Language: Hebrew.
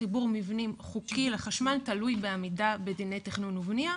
חיבור מבנים חוקי לחשמל תלוי בעמידה בדיני תכנון ובנייה,